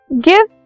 give